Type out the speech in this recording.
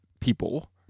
people